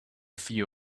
few